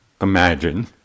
imagine